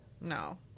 no